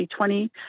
2020